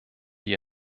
die